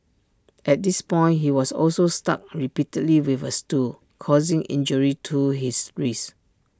at this point he was also struck repeatedly with A stool causing injury to his wrist